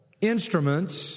instruments